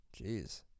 jeez